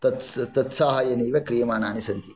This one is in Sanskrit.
तत् साहायानैव क्रियमाणानि सन्ति